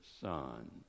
son